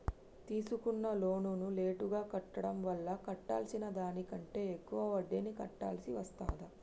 తీసుకున్న లోనును లేటుగా కట్టడం వల్ల కట్టాల్సిన దానికంటే ఎక్కువ వడ్డీని కట్టాల్సి వస్తదా?